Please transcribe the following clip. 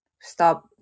stop